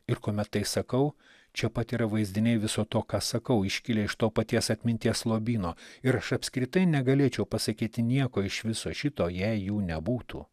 ir kuomet tai sakau čia pat yra vaizdiniai viso to ką sakau iškilę iš to paties atminties lobyno ir aš apskritai negalėčiau pasakyti nieko iš viso šito jei jų nebūtų